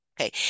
okay